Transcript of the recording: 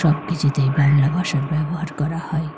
সব কিছুতেই বাংলা ভাষার ব্যবহার করা হয়